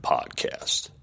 Podcast